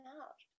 out